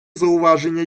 зауваження